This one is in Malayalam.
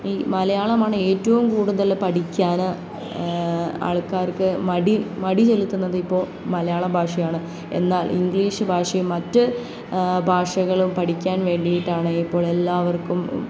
ഈ മലയാളമാണ് ഏറ്റവും കൂടുതൽ പഠിക്കാൻ ആൾക്കാർക്ക് മടി മടി ചെലുത്തുന്നത് ഇപ്പോൾ മലയാളം ഭാഷയാണ് എന്നാൽ ഇംഗ്ലീഷ് ഭാഷയും മറ്റ് ഭാഷകളും പഠിക്കാൻ വേണ്ടിയിട്ടാണ് ഇപ്പോൾ എല്ലാവർക്കും